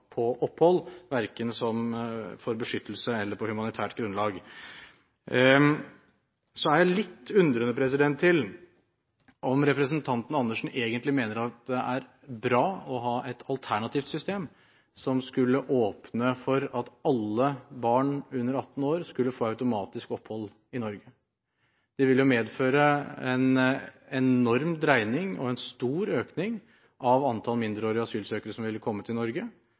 på opphold, verken for beskyttelse eller på humanitært grunnlag. Jeg er litt undrende til om representanten Andersen egentlig mener at det er bra å ha et alternativt system som skulle åpne for at alle barn under 18 år skulle få automatisk opphold i Norge. Det ville jo medføre en enorm dreining og en stor økning av antall mindreårige asylsøkere som ville komme til Norge,